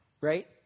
Right